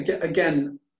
again